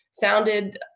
Sounded